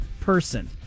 person